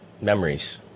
Memories